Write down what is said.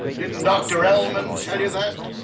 didn't dr. ellman tell you that?